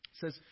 says